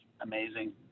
amazing